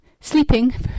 sleeping